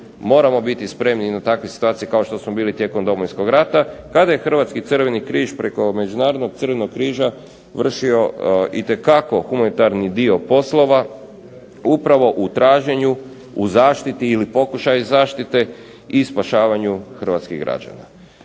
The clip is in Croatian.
moramo biti spremni na takve situacije kao što smo bili tijekom Domovinskog rata kada je Hrvatski crveni križ preko Međunarodnog crvenog križa vršio itekako humanitarni dio poslova upravo u traženju, u zaštiti ili pokušaju zaštite i spašavanju hrvatskih građana.